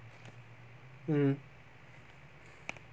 mm